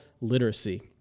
literacy